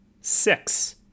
six